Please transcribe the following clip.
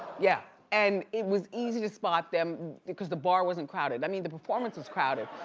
yeah, and it was easy to spot them because the bar wasn't crowded. i mean, the performance was crowded.